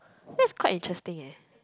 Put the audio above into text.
that's quite interesting eh